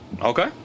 Okay